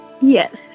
Yes